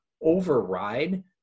override